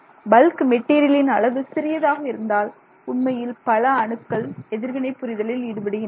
bulk மெட்டீரியலின் அளவு சிறியதாக இருந்தால் உண்மையில் பல அணுக்கள் எதிர்வினை புரிதலில் ஈடுபடுகின்றன